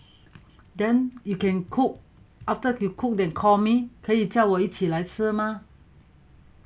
then you can cook after you cook can call me 可以叫我一起来吃吗